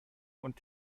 und